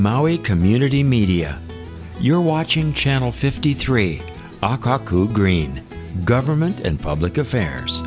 maui community media you're watching channel fifty three are kaku green government and public affairs